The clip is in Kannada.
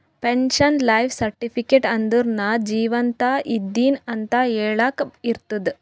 ಪೆನ್ಶನ್ ಲೈಫ್ ಸರ್ಟಿಫಿಕೇಟ್ ಅಂದುರ್ ನಾ ಜೀವಂತ ಇದ್ದಿನ್ ಅಂತ ಹೆಳಾಕ್ ಇರ್ತುದ್